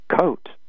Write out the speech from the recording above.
coat